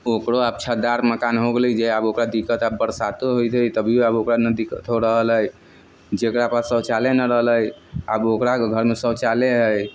ओकरो आब छतदार मकान हो गेलै जे ओकरा आब दिक्कत आब जे बरसातो होइत हइ तभिओ आब ओकरा न दिक्कत हो रहल हइ जकरा पास शौचालय न रहलै आब ओकरा घरमे शौचालय हइ